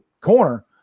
corner